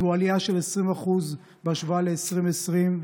זו עלייה של 20% בהשוואה ל-2020,